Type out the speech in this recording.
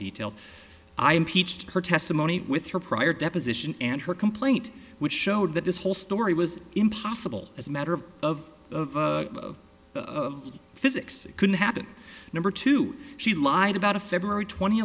details i impeached her testimony with her prior deposition and her complaint which showed that this whole story was impossible as a matter of physics couldn't happen number two she lied about a february twent